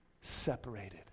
Separated